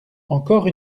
encore